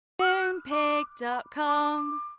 Moonpig.com